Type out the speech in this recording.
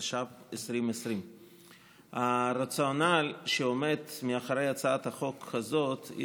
התש"ף 2020. הרציונל שעומד מאחורי הצעת החוק הזאת הוא